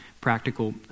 practical